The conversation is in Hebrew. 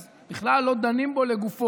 אז בכלל לא דנים בו לגופו.